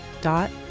dot